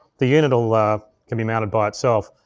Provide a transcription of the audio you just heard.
the unit'll, ah can be mounted by itself.